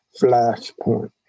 flashpoint